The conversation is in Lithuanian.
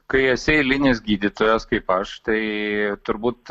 kai esi eilinis gydytojas kaip aš tai turbūt